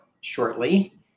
shortly